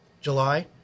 July